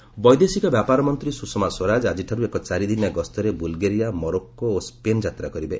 Swaraj visit ବୈଦେଶିକ ବ୍ୟାପାର ମନ୍ତ୍ରୀ ସୁଷମା ସ୍ୱରାଜ ଆଜିଠାରୁ ଏକ ଚାରିଦିନିଆ ଗସ୍ତରେ ବୁଲ୍ଗେରିଆ ମରକୋ ଓ ସ୍କେନ୍ ଯାତ୍ରା କରିବେ